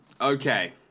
Okay